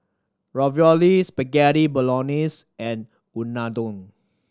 Ravioli Spaghetti Bolognese and Unadon